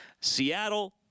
Seattle